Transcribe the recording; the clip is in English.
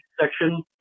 section